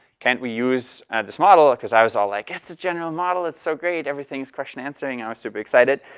can't we use this model? cuz i was all like, yes! a general model. it's so great. everything is question answering. i was super excited.